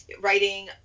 writing